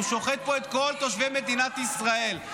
הוא שוחט פה את כל תושבי מדינת ישראל.